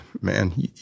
man